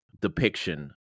depiction